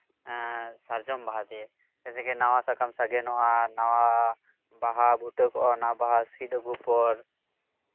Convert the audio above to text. ᱥᱟᱨᱡᱚᱢ ᱵᱟᱦᱟᱛᱮ ᱡᱮᱭᱥᱮ ᱠᱤ ᱱᱟᱣᱟ ᱥᱟᱠᱟᱢ ᱥᱟᱜᱮᱱᱚᱜᱼᱟ ᱱᱟᱣᱟ ᱵᱟᱦᱟ ᱵᱷᱩᱴᱟᱹᱜᱚᱜᱼᱟ ᱚᱱᱟ ᱵᱟᱦᱟ ᱥᱤᱫ ᱟᱹᱜᱩ ᱯᱚᱨ